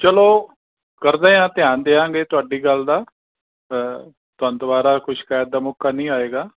ਚਲੋ ਕਰਦੇ ਹਾਂ ਧਿਆਨ ਦਿਆਂਗੇ ਤੁਹਾਡੀ ਗੱਲ ਦਾ ਤੁਹਾਨੂੰ ਦੁਬਾਰਾ ਕੋਈ ਸ਼ਿਕਾਇਤ ਦਾ ਮੌਕਾ ਨਹੀਂ ਆਏਗਾ